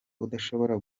udashobora